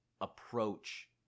approach